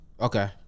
okay